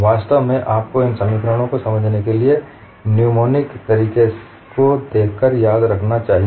वास्तव में आपको इन समीकरणों को समझने के लिए न्यूमोनिक तरीके को देखकर याद रखना चाहिए